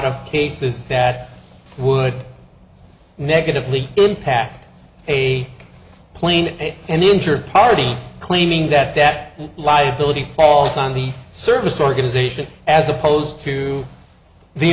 of cases that would negatively impact a plane and the injured party claiming that that liability falls on the service organization as opposed to the